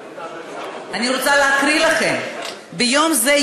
אני רוצה להקריא לכם: "ביום זה,